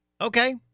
Okay